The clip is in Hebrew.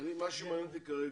שמעניין אותי כרגע,